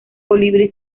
colibrí